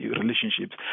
relationships